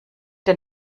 der